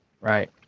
right